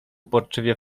uporczywie